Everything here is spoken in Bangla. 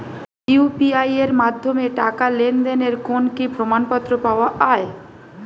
ইউ.পি.আই এর মাধ্যমে টাকা লেনদেনের কোন কি প্রমাণপত্র পাওয়া য়ায়?